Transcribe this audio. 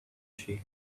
she